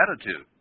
attitude